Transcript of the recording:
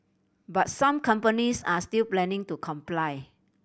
but some companies are still planning to comply